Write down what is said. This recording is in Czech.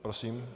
Prosím.